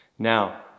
Now